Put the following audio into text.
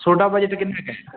ਤੁਾਹਡਾ budget ਕਿੰਨਾ ਕੁ ਹੈ